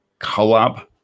collab